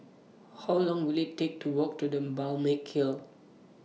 How Long Will IT Take to Walk to The Balmeg Hill